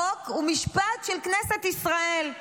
חוק ומשפט של כנסת ישראל.